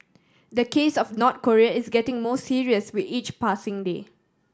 the case of North Korea is getting more serious with each passing day